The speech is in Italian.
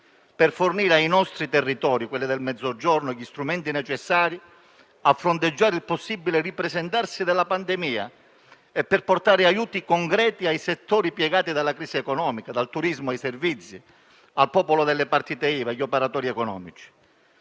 per fornire ai nostri territori del Mezzogiorno gli strumenti necessari a fronteggiare il possibile ripresentarsi della pandemia e per portare aiuti concreti ai settori piegati dalla crisi economica, dal turismo ai servizi, al popolo delle partite IVA, gli operatori economici.